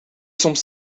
soms